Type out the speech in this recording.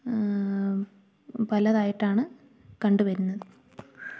പലതായിട്ടാണ് കണ്ടുവരുന്നത്